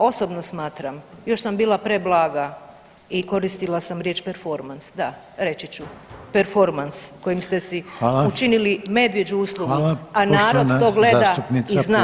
Osobno smatram, još sam bila preblaga i koristila sam riječ performans, da reći ću performans kojim ste si učinili medvjeđu uslugu a narod to gleda i zna kome vjeruje.